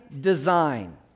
design